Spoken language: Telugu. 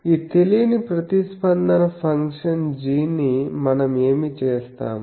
ఈ తెలియని ప్రతిస్పందన ఫంక్షన్ g ని మనం ఏమి చేస్తాము